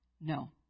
No